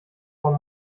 vor